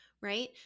right